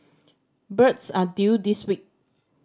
birds are due this week